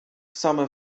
same